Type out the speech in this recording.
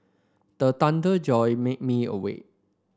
the thunder jolt made me awake